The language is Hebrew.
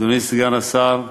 אדוני סגן השר,